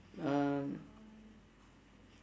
um